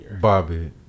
Bobby